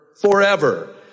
forever